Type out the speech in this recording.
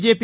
JP